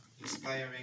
Inspiring